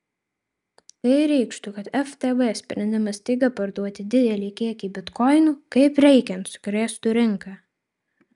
tai reikštų kad ftb sprendimas staiga parduoti didelį kiekį bitkoinų kaip reikiant sukrėstų rinką